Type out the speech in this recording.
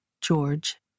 George